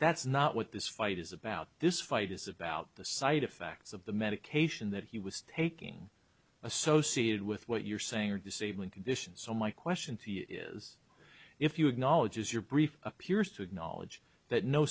that's not what this fight is about this fight is about the side effects of the medication that he was taking associated with what you're saying or disabling condition so my question to you is if you acknowledge is your brief appears to acknowledge that no